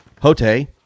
Hote